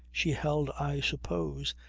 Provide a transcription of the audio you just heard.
she held, i suppose,